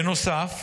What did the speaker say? בנוסף,